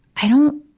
i don't,